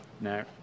No